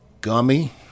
gummy